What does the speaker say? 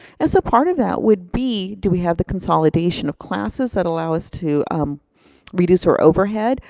as a part of that would be, do we have the consolidation of classes that allow us to um reduce our overhead?